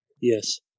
Yes